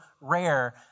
rare